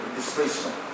displacement